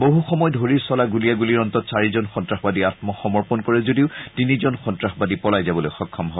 বহুসময়ৰ ধৰি চলা গুলিয়াগুলিৰ অন্তত চাৰিজন সন্নাসবাদীয়ে আন্মসমৰ্পণ কৰে যদিও তিনিজন সন্নাসবাদীয়ে পলাই যাবলৈ সক্ষম হয়